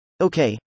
Okay